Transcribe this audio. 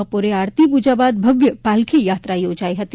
બપોરે આરતી પૂજા બાદ ભવ્ય પાલખી યાત્રા યોજાઈ હતી